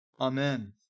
Amen